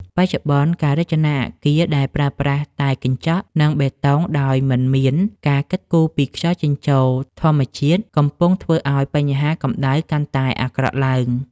បច្ចុប្បន្ន ការរចនាអគារដែលប្រើប្រាស់តែកញ្ចក់ និងបេតុងដោយមិនមានការគិតគូរពីខ្យល់ចេញចូលធម្មជាតិ កំពុងតែធ្វើឱ្យបញ្ហាកម្ដៅកាន់តែអាក្រក់ឡើង។